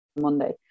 Monday